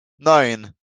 neun